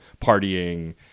partying